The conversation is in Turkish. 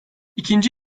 i̇kinci